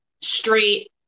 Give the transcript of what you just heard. straight